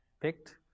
picked